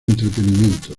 entretenimiento